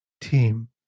team